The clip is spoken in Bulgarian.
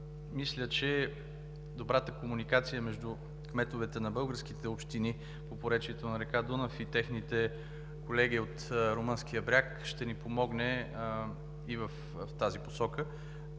Мисля, че добрата комуникация между кметовете на българските общини по поречието на река Дунав и техните колеги от румънския бряг ще ни помогне и в тази посока.